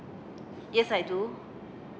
yes I do